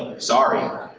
sorry.